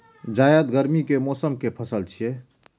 जायद गर्मी के मौसम के पसल छियै